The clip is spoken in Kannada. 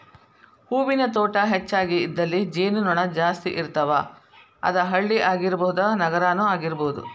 ಹೂವಿನ ತೋಟಾ ಹೆಚಗಿ ಇದ್ದಲ್ಲಿ ಜೇನು ನೊಣಾ ಜಾಸ್ತಿ ಇರ್ತಾವ, ಅದ ಹಳ್ಳಿ ಆಗಿರಬಹುದ ನಗರಾನು ಆಗಿರಬಹುದು